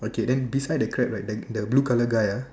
okay then beside the crab right the the blue colour guy ah